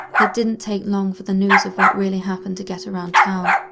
it didn't take long for the news of what really happened to get around town.